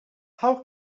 how